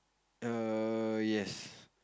err yes